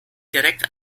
direkt